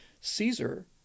Caesar